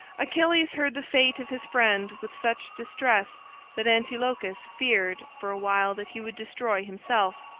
achilles heard the fate of his friend with such distress that antilochus feared for a while that he would destroy himself.